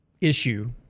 issue